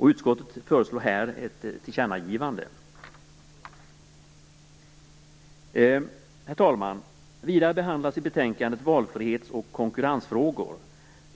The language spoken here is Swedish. Utskottet föreslår här ett tillkännagivande till regeringen. Herr talman! Vidare behandlas i betänkandet valfrihets och konkurrensfrågor.